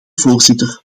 voorzitter